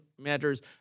matters